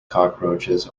cockroaches